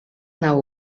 nau